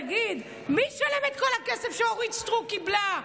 תגיד, מי ישלם את כל הכסף שאורית סטרוק קיבלה?